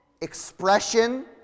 expression